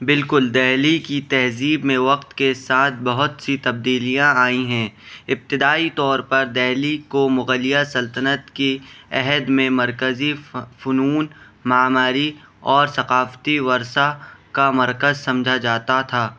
بالکل دہلی کی تہذیب میں وقت کے ساتھ بہت سی تبدیلیاں آئی ہیں ابتدائی طور پر دہلی کو مغلیہ سلطنت کی عہد میں مرکزی فنون معماری اور ثقافتی ورثہ کا مرکز سمجھا جاتا تھا